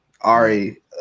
Ari